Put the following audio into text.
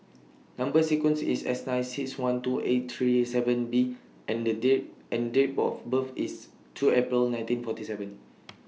Number sequence IS S nine six one two eight three seven B and The Date and Date Both birth IS two April nineteen forty seven